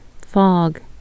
Fog